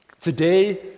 today